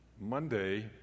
Monday